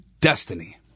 destiny